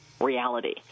reality